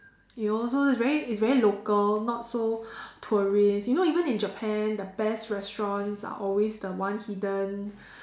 you know so it's very it's very local not so tourist you know even in Japan the best restaurants are always the ones hidden